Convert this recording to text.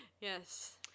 Yes